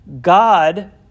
God